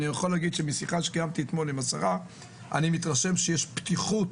משיחה שקיימתי אתמול עם השרה אני מתרשם שיש פתיחות